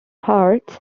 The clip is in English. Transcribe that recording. parts